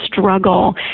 struggle